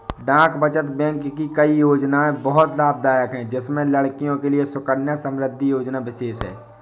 डाक बचत बैंक की कई योजनायें बहुत लाभदायक है जिसमें लड़कियों के लिए सुकन्या समृद्धि योजना विशेष है